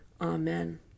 Amen